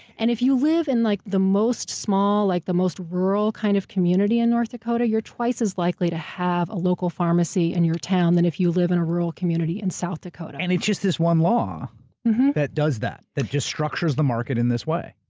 and if you live in like the most small, like the most rural kind of community in north dakota, you're twice as likely to have a local pharmacy in your town than if you live in a rural community in south dakota. and it's just this one law that does that? that just structures the market in this way.